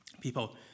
People